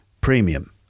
premium